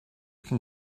can